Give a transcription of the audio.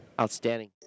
Outstanding